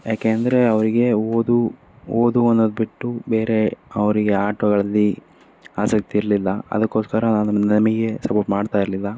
ಯಾಕೆ ಅಂದರೆ ಅವರಿಗೆ ಓದು ಓದು ಅನ್ನೋದು ಬಿಟ್ಟು ಬೇರೆ ಅವರಿಗೆ ಆಟಗಳಲ್ಲಿ ಆಸಕ್ತಿ ಇರಲಿಲ್ಲ ಅದಕ್ಕೋಸ್ಕರ ನಮಗೆ ಸಪೋರ್ಟ್ ಮಾಡ್ತಾ ಇರಲಿಲ್ಲ